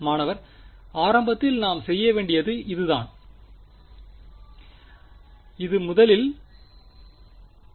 மாணவர் குறிப்பு நேரம் 1217 ஆரம்பத்தில் நாம் செய்ய வேண்டியது இதுதான் குறிப்பு நேரம் 1230